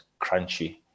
crunchy